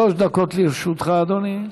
שלוש דקות לרשותך, אדוני.